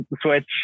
switch